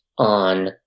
on